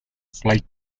flight